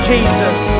Jesus